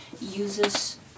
uses